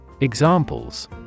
Examples